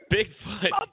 Bigfoot